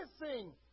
missing